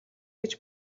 гэж